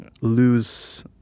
lose